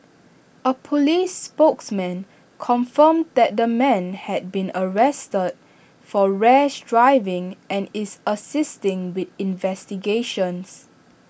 A Police spokesman confirmed that the man had been arrested for rash driving and is assisting with investigations